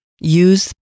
use